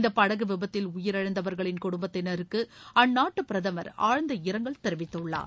இந்த படகு விபத்தில் உயிரிழந்தவர்களின் குடும்பத்தினருக்கு அந்நாட்டு பிரதமர் ஆழ்ந்த இரங்கல் தெரிவித்துள்ளார்